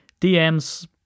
DMs